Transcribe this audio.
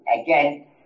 again